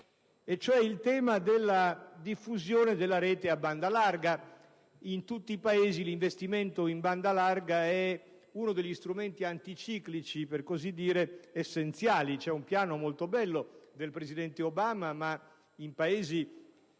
il tema della diffusione della rete a banda larga. In tutti i Paesi, l'investimento in banda larga è uno degli strumenti anticiclici per così dire essenziali. C'è un piano molto bello del presidente Obama, ma in Paesi